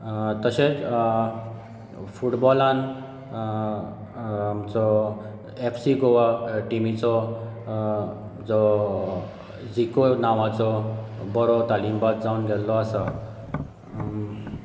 तशेंच फुटबॉलांत आमचो एफ सी गोवा टिमीचो जो झिको नांवांचो बरो तालीमबाज जावन गेल्लो आसा